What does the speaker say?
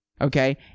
okay